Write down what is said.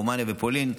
רומניה ופולין,